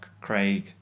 Craig